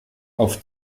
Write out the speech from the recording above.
auf